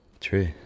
true